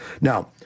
now